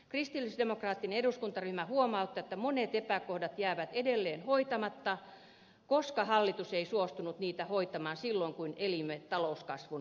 kristillisdemokraattinen eduskuntaryhmä huomauttaa että monet epäkohdat jäävät edelleen hoitamatta koska hallitus ei suostunut niitä hoitamaan silloin kun elimme talouskasvun aikaa